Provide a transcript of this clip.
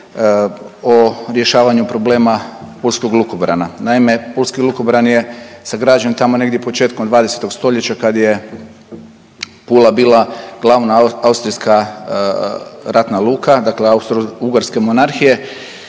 o rješavanje problema pulskog lukobrana. Naime, pulski lukobran je sagrađen tamo negdje početkom 20. stoljeća kad je Pula bila glavna austrijska ratna luka, dakle Austrougarske monarhije